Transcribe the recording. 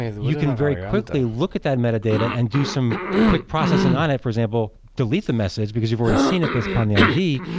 you can very quickly look at that metadata and do some quick processing on it, for example, delete the message because you've already seen it based upon the id,